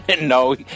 No